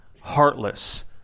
heartless